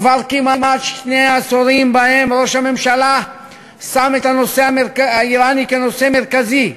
כבר כמעט שני עשורים שבהם ראש הממשלה שם את הנושא האיראני כנושא מרכזי,